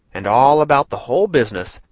and all about the whole business,